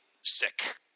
sick